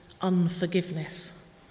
unforgiveness